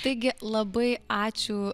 taigi labai ačiū